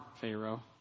Pharaoh